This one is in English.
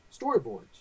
storyboards